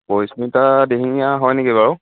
পৰিস্মিতা দিহিঙীয়া হয় নেকি বাৰু